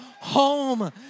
home